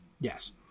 Yes